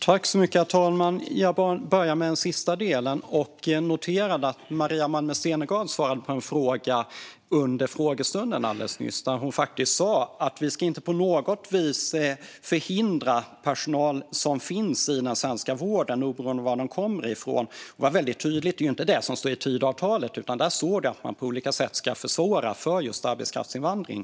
Herr talman! Jag börjar med den sista delen. Jag noterade att Maria Malmer Stenergard alldeles nyss svarade på en fråga under frågestunden och faktiskt sa att det inte på något vis ska läggas hinder i vägen för personal som finns i den svenska vården, oberoende av var de kommer ifrån. Hon var väldigt tydlig. Men det är inte det som står i Tidöavtalet. Där står det att man på olika sätt ska försvåra för just arbetskraftsinvandring.